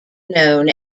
known